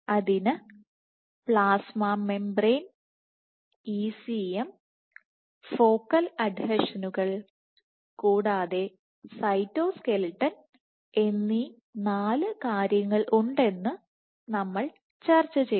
അതിന് plasma membrane ECM focal അഡ്ഹെഷനുകൾ കൂടാതെ സൈറ്റോസ്കെലിട്ടൺ എന്നീ നാല് കാര്യങ്ങളുണ്ടെന്ന് നമ്മൾ ചർച്ചചെയ്തു